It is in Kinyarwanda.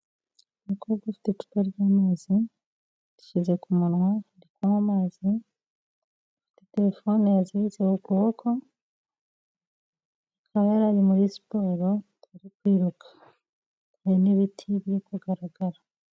Umukobwa ufite icupa ry'amazi yarishyize ku munwa ari kunywa amazi, afite telephone yaziritse ku kuboko akaba yari ari muri siporo ari kwiruka, hari n'ibiti biri kugaragara.